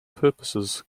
purposes